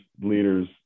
leaders